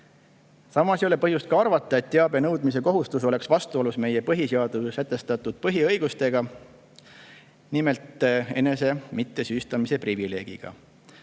Samas ei ole põhjust arvata, et teabe nõudmise kohustus on vastuolus meie põhiseaduses sätestatud põhiõigustega, nimelt enese mittesüüstamise privileegiga.